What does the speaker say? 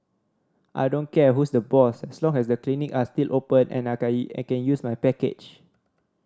I don't care who's the boss as long as the clinic are still open and I can I can use my package